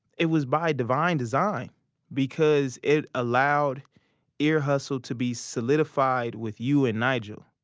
it was by divine design because it allowed ear hustle to be solidified with you and nigel